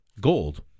gold